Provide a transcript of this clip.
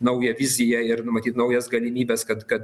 naują viziją ir numatyt naujas galimybes kad kad